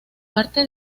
parte